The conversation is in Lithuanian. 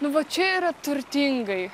nu va čia yra turtingai